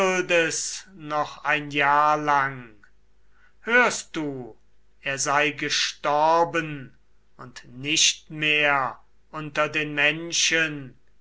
noch ein jahr lang hörst du er sei gestorben und nicht mehr unter den menschen